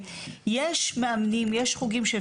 מנוע החיפוש,